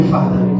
Father